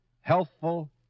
Healthful